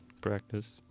practice